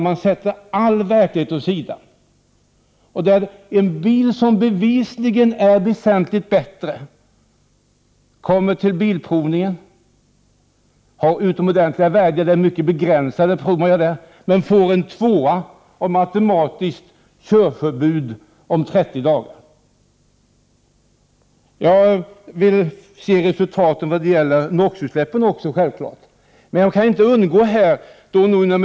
Åsidosätts inte verkligheten? En bil som bevisligen är väsentligt bättre än andra kommer alltså till bilprovningen och visar sig ha utmärkta värden — visserligen görs det mycket begränsade prov där. Men bilen får ändå betyget 2 och automatiskt körförbud om 30 dagar. Självfallet vill jag också se resultat när det gäller NO,-utsläppen.